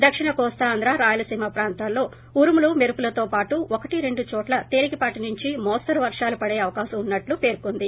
దక్షిణ కోస్తాంధ్ర రాయలసీమ ప్రాంతాల్లో ఉరుములు మెరుపులతో పాటు ఒకటి రెండు చోట్ల తేలికపాటి నుంచి మోస్తరు వర్షాలు పడే అవకాశం ఉన్నట్లు పేర్కొంది